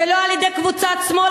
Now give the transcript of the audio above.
ולא על-ידי קבוצת שמאל,